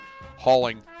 hauling